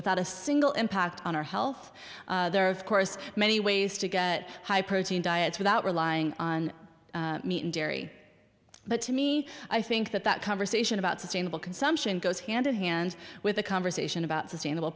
without a single impact on our health there of course many ways to get high protein diets without relying on meat and dairy but to me i think that that conversation about sustainable consumption goes hand in hand with a conversation about sustainable